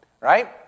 right